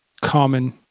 common